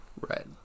right